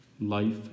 Life